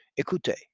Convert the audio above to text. Écoutez